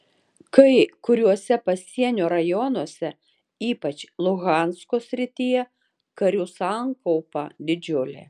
kai kuriuose pasienio rajonuose ypač luhansko srityje karių sankaupa didžiulė